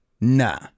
Nah